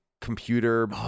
computer